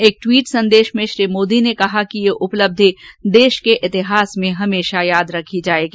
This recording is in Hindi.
एक दवीट संदेश में श्री मोदी ने कहा कि यह उपलब्धि देश के इतिहास में हमेशा याद रखी जाएगी